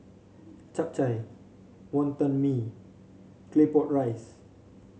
Chap Chai Wonton Mee Claypot Rice